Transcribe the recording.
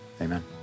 amen